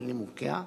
על נימוקיה,